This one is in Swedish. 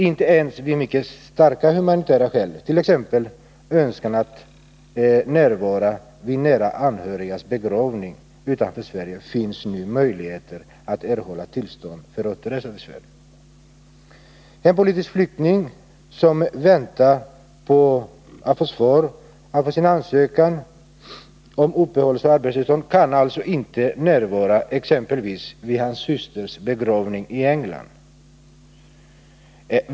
Inte ens vid mycket starka humanitära skäl, t.ex. önskan att närvara vid nära anhörigs begravning utanför Sverige, finns det nu möjligheter att erhålla tillstånd för återresa till Sverige. En politisk flykting som väntar på att få svar på sin ansökan om uppehållsoch arbetstillstånd kan alltså inte närvara exempelvis vid sin systers begravning i England.